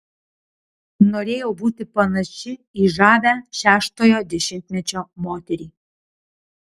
norėjau būti panaši į žavią šeštojo dešimtmečio moterį